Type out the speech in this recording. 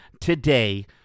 today